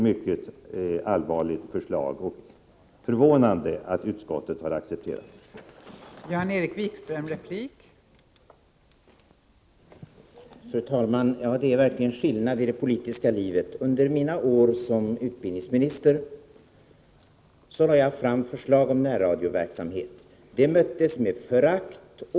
Det är förvånande att utskottet har accepterat det.